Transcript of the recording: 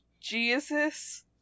Jesus